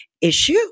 issue